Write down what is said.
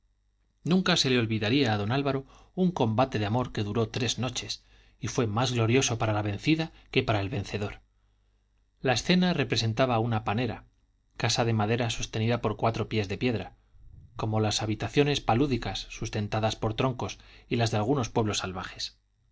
nunca se le olvidaría a don álvaro un combate de amor que duró tres noches y fue más glorioso para la vencida que para el vencedor la escena representaba una panera casa de madera sostenida por cuatro pies de piedra como las habitaciones palúdicas sustentadas por troncos y las de algunos pueblos salvajes